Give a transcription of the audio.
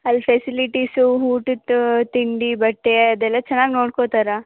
ಅಲ್ಲಿ ಫೆಸಿಲಿಟಿಸು ಊಟದ್ದ ತಿಂಡಿ ಬಟ್ಟೆ ಅದೆಲ್ಲ ಚೆನ್ನಾಗಿ ನೋಡ್ಕೊತಾರಾ